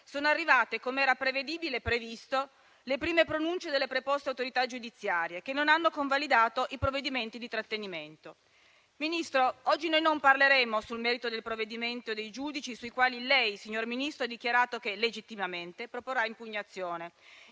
sono arrivate - come era prevedibile e previsto - le prime pronunce delle preposte autorità giudiziarie, che non hanno convalidato i provvedimenti di trattenimento. Signor Ministro, oggi noi non parleremo sul merito dei provvedimenti dei giudici, sui quali lei ha dichiarato che legittimamente proporrà impugnazione